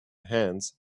hands